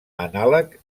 anàleg